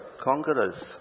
conquerors